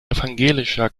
evangelischer